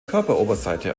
körperoberseite